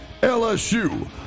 LSU